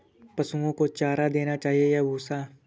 पशुओं को चारा देना चाहिए या भूसा?